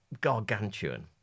gargantuan